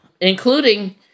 including